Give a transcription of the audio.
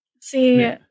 see